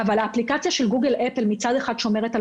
אבל האפליקציה של גוגל אפל מצד אחד שומרת על